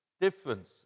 difference